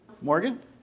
Morgan